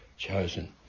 chosen